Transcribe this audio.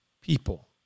people